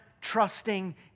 trusting